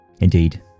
Indeed